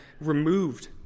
removed